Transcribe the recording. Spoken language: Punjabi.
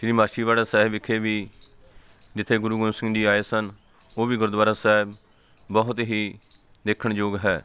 ਸ਼੍ਰੀ ਮਾਛੀਵਾੜਾ ਸਾਹਿਬ ਵਿਖੇ ਵੀ ਜਿੱਥੇ ਗੁਰੂ ਗੋਬਿੰਦ ਸਿੰਘ ਜੀ ਆਏ ਸਨ ਉਹ ਵੀ ਗੁਰਦੁਆਰਾ ਸਾਹਿਬ ਬਹੁਤ ਹੀ ਦੇਖਣਯੋਗ ਹੈ